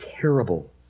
terrible